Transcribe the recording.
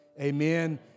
amen